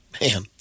Man